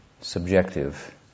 subjective